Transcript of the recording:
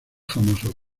famosos